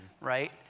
right